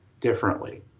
differently